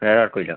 വേറെയാർക്കും ഇല്ല